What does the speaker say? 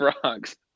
frogs